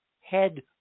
head